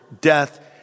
death